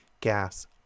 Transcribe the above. gas